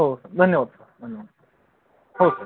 हो सर धन्यवाद सर धन्यवाद सर हो सर